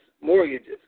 mortgages